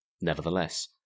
Nevertheless